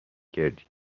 کردی